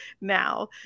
now